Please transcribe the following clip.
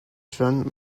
john